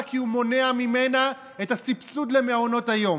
כי הוא מונע ממנה את הסבסוד למעונות היום.